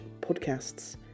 podcasts